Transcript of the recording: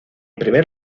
primer